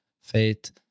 faith